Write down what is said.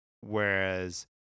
whereas